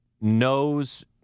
knows